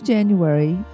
January